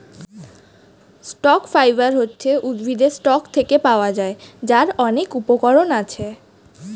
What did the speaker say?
stock fiber হচ্ছে উদ্ভিদের stalk থেকে পাওয়া যায়, যার অনেক উপকরণ আছে